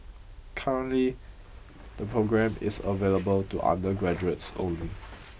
currently the programme is available to undergraduates only